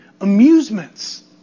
amusements